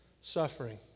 suffering